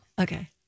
Okay